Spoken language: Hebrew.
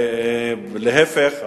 ולהיפך,